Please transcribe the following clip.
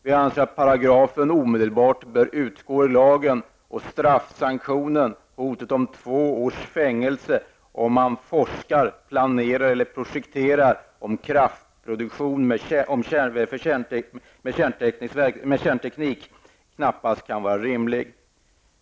Vi anser att paragrafen omedelbart bör utgå ur lagen och att straffsanktionen, hotet om två års fängelse om man forskar, planerar eller projekterar i fråga om kraftproduktion med kärnteknik, knappast kan vara rimlig.